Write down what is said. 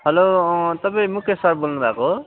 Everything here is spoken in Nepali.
हेलो अँ तपाईँ मुकेस सर बोल्नुभएको हो